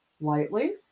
lightly